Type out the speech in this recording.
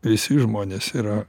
visi žmonės yra